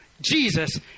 Jesus